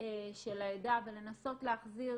של העדה ולנסות להחזיר